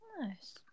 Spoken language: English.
Nice